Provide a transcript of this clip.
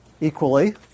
equally